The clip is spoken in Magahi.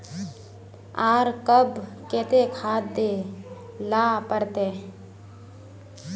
आर कब केते खाद दे ला पड़तऐ?